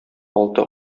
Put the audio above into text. алты